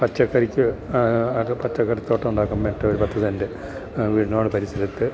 പച്ചക്കറിക്ക് അത് പച്ചക്കറിത്തോട്ടം ഉണ്ടാക്കാൻ മറ്റും ഒരു പത്തു സെന്റ് വീടിനോടു പരിസരത്ത്